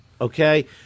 okay